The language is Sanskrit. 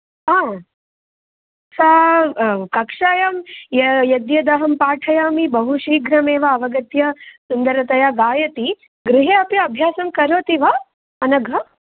सा कक्षायां यद्यदहं पाठयामि बहु शीघ्रमेव अवगत्य सुन्दरतया गायति गृहे अपि अभ्यासं करोति वा अनघा